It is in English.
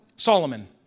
Solomon